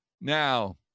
Now